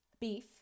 beef